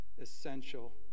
essential